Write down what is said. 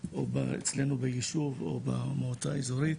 אצלנו בישוב או במועצה האזורית,